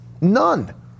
none